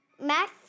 Max